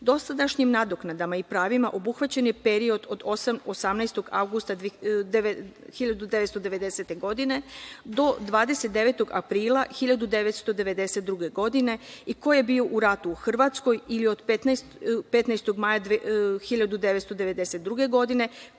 godine. Dosadašnjim nadoknadama i pravima, obuhvaćen je period od 18. avgusta 1990. do 29. aprila 1992. godine, i koje bio u ratu u Hrvatskoj ili od 15. maja 1992. godine,